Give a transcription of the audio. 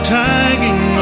tagging